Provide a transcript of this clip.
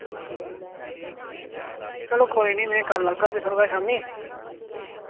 चलो कोई नि मैं कल आगा फ्ही थोआड़े कोल शाम्मी